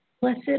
Blessed